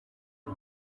y’u